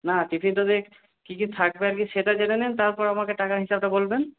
না টিফিনটাতে কী কী থাকবে আগে সেটা জেনে নেন তারপর আমাকে টাকার হিসেবটা বলবেন